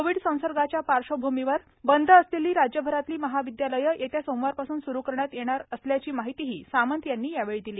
Covid संसर्गाच्या पार्श्वभूमीवर बंद असलेली राज्यभरातली महाविदयालयं येत्या सोमवारपासून सुरू करण्यात येणार असल्याची माहितीही सामंत यांनी यावेळी दिली